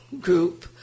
group